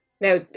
Now